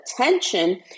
attention